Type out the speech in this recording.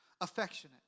affectionate